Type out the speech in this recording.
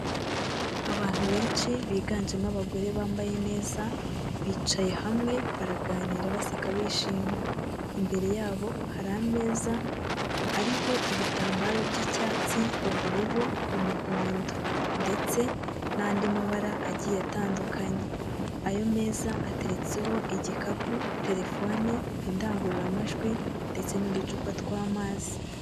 Abantu benshi biganjemo abagore bambaye neza, bicaye hamwe baraganira baseka bishimye imbere yabo hari ameza ariho ibitambaro by'icyatsi, ubururu, umuhondo ndetse n'andi mabara agiye atandukanye, ayo meza ateretseho igikapu, telefone indangururamajwi ndetse n'uducupa twamazi.